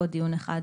עוד דיון אחד,